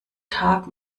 tag